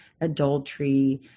adultery